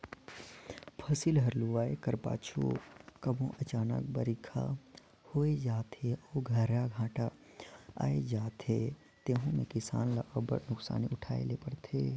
फसिल हर लुवाए कर पाछू कभों अनचकहा बरिखा होए जाथे अउ गर्रा घांटा आए जाथे तेहू में किसान ल अब्बड़ नोसकानी उठाए ले परथे